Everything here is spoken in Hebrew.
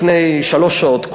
לפני שלוש שעות,